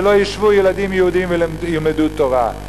ולא ישבו ילדים יהודים וילמדו תורה.